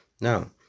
now